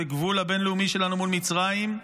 זה הגבול הבין-לאומי שלנו מול מצרים,